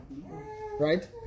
Right